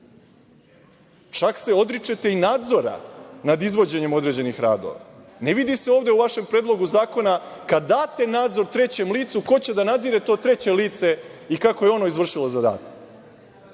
Čak se odričete i nadzora nad izvođenjem određenih radova. Ne vidi se u vašem predlogu zakona kada date nadzor trećem licu ko će da nadzire to treće lice i kako je ono izvršilo zadatak. Dakle,